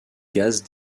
gaz